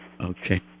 Okay